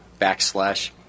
backslash